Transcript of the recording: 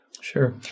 Sure